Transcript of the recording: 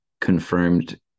confirmed